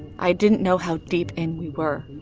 i didn't know how deep in we were.